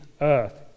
earth